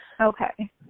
okay